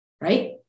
Right